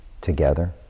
together